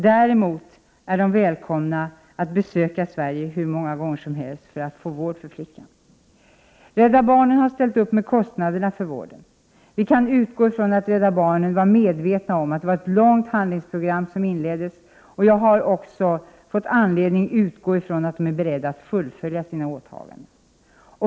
Däremot är familjen välkommen att besöka Sverige hur många gånger som helst för att få vård för flickan. Rädda Barnen har ställt upp med kostnaderna för vården. Vi kan utgå från att man inom Rädda Barnen är medveten om att det var ett långt behandlingsprogram som inleddes. Jag har också fått anledning att utgå från att Rädda Barnen är beredda att fullfölja sina åtaganden.